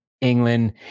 england